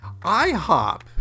IHOP